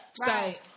Right